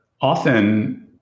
often